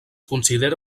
considera